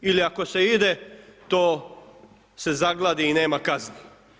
Ili ako se ide, to se zagladi i nema kazni.